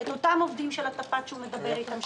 את אותם עובדים של התפ"ט שהוא מדבר איתם,